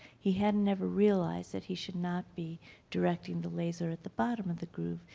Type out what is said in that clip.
he hadn't never realized that he should not be directing the laser at the bottom of the groove.